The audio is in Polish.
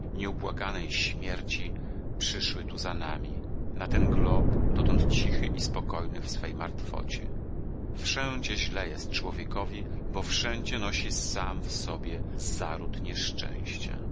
nieubłaganej śmierci przyszły tu za nami na ten glob dotąd cichy i spokojny w swej martwocie wszędzie źle jest człowiekowi bo wszędzie nosi sam w sobie zaród nieszczęścia